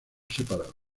separado